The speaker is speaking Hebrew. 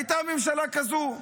הייתה ממשלה כזו.